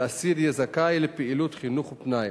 כי אסיר יהיה זכאי לפעילות חינוך ופנאי.